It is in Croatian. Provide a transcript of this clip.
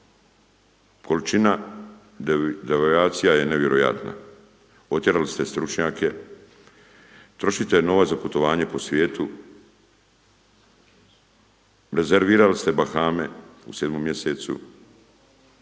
Količina devijacija je nevjerojatna. Otjerali ste stručnjake, trošite novac za putovanje po svijetu, rezervirali ste Bahame u sedmom mjesecu.